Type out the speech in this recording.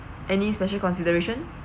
any special consideration